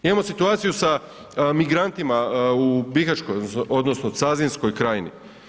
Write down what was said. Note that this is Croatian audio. Imamo situaciju sa migrantima u bihaćkoj, odnosno Cazinskoj krajini.